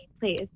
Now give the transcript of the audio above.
Please